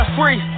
free